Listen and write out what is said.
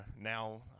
now